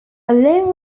along